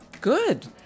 Good